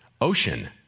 Ocean